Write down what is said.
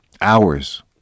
hours